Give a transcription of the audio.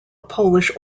polish